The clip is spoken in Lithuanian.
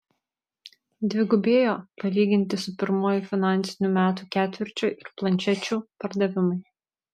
dvigubėjo palyginti su pirmuoju finansinių metų ketvirčiu ir planšečių pardavimai